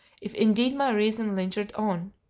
if indeed my reason lingered on.